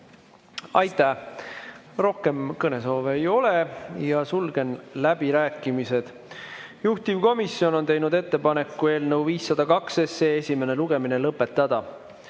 Aitäh! Rohkem kõnesoove ei ole, sulgen läbirääkimised. Juhtivkomisjon on teinud ettepaneku eelnõu 502 esimene lugemine lõpetada.